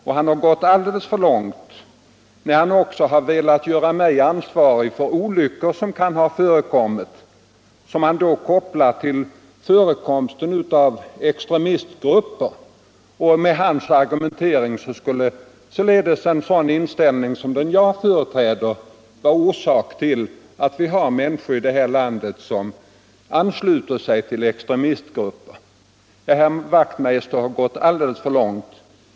Men han går alldeles för långt när han också vill göra mig ansvarig för olyckor som kan ha förekommit. Herr Wachtmeister kopplar dessa till förekomsten av extremistgrupper. Med hans argumentering skulle den inställning jag företräder vara orsak till att vi har människor i vårt land som ansluter sig till extremistgrupper. Herr Wachtmeister har gått alldeles för långt.